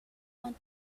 want